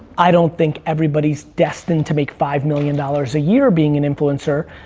i don't think everybody's destined to make five million dollars a year being an influencer,